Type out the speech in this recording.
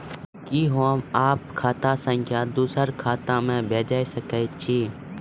कि होम आप खाता सं दूसर खाता मे भेज सकै छी?